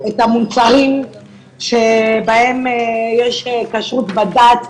את המוצרים שבהם יש כשרות בד"צ,